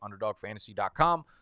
underdogfantasy.com